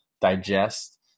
digest